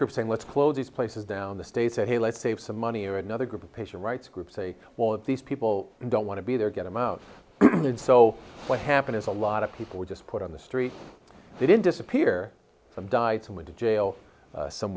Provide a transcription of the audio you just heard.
group saying let's close these places down the state said hey let's save some money or another group of patients rights groups say well if these people don't want to be there get them out so what happened is a lot of people were just put on the street they didn't disappear from died and went to jail some